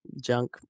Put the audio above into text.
junk